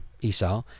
esau